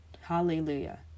Hallelujah